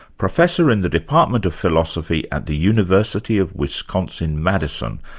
professor in the department of philosophy at the university of wisconsin, madison,